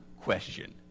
question